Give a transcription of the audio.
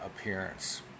appearance